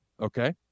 okay